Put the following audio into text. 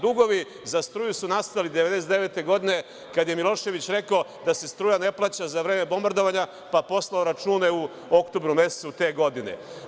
Dugovi za struju su nastali 1999. godine kada je Milošević rekao da se struja ne plaća za vreme bombardovanja, pa poslao račune u oktobru mesecu te godine.